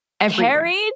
Carried